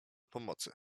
pomocy